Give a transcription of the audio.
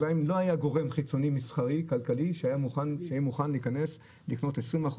היה גורם חיצוני מסחרי כלכלי שהיה מוכן להיכנס ולקנות 20%,